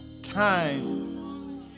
Time